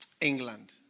England